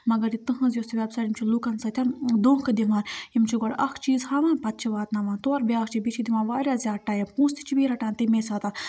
مگر یہِ تُہٕںٛز یۄس یہِ وٮ۪بسایٹ یِم چھِ لُکَن سۭتۍ دھوکہٕ دِوان یِم چھِ گۄڈٕ اَکھ چیٖز ہاوان پَتہٕ چھِ واتناوان تورٕ بیٛاکھ چھِ بیٚیہِ چھِ دِوان واریاہ زیادٕ ٹایم پونٛسہٕ تہِ چھِ بیٚیہِ یہِ رَٹان تَمے ساتہٕ اَتھ